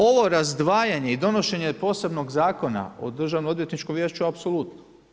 Ovo razdvajanje i donošenje posebnog zakona o državno odvjetničkom vijeću apsolutno.